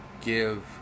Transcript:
give